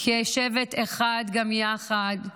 כשבט אחד גם יחד,